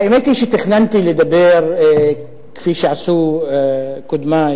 האמת היא שתכננתי לדבר כפי שעשו קודמי,